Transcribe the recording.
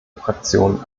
fraktion